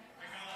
בקרוב.